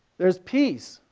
there's peace,